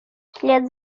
вслед